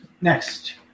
Next